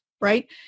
right